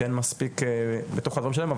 שאין מספיק בתוך הדברים שלהם,